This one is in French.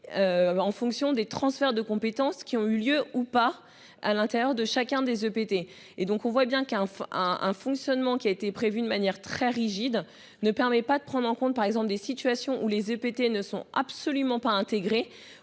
En fonction des transferts de compétences qui ont eu lieu ou pas à l'intérieur de chacun des EPT et donc on voit bien qu'. Un fonctionnement qui a été prévu de manière très rigide ne permet pas de prendre en compte, par exemple des situations où les EPT ne sont absolument pas intégrer